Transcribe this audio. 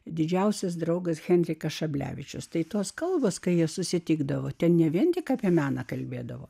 didžiausias draugas henrikas šablevičius tai tos kalvos kai jie susitikdavo ten ne vien tik apie meną kalbėdavo